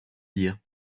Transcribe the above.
dire